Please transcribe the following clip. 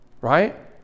right